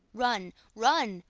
run, run,